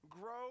grow